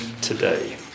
today